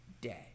day